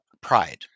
Pride